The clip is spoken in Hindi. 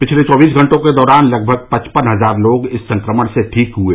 पिछले चौबीस घंटों के दौरान लगभग पचपन हजार लोग इस संक्रमण से ठीक हुए